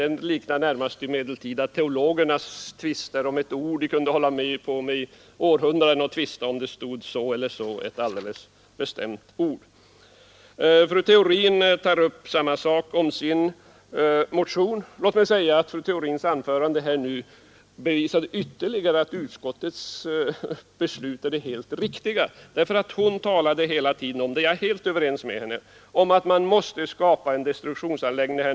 Det liknar mest de medeltida teologernas tvister om vissa ord — de kunde hålla på i århundraden och tvista om det stod så eller så när det gällde ett alldeles bestämt ord. Fru Theorin tog upp sin motion. Låt mig säga att fru Theorins anförande ytterligare bevisade att utskottets beslut är det helt riktiga. Hon talade hela tiden om att man måste — och där är jag helt överens med henne — skapa en destruktionsanläggning.